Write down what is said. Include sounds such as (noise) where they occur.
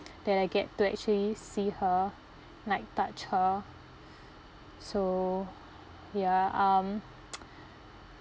that I get to actually see her like touch her (breath) so (breath) ya um (noise)